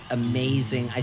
amazing